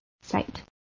site